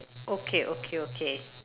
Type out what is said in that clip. okay okay okay